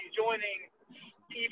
joining